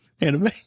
anime